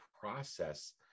process